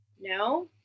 no